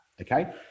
okay